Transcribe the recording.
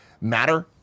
matter